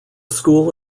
school